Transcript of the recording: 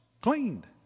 cleaned